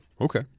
Okay